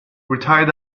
retired